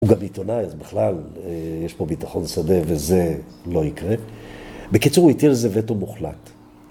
‫הוא גם עיתונאי, אז בכלל, ‫יש פה ביטחון שדה וזה לא יקרה. ‫בקיצור, הוא הטיל על זה וטו מוחלט.